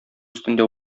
өстендә